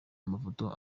amafoto